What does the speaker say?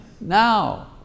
now